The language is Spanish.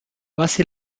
vase